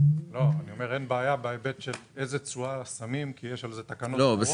אין בעיה בהיבט של איזה תשואה שמים כי יש על זה תקנות אחרות.